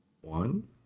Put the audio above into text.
one